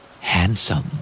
Handsome